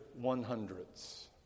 one-hundredths